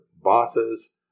bosses